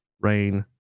Rain